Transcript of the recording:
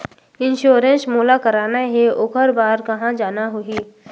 Insurance मोला कराना हे ओकर बार कहा जाना होही?